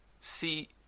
See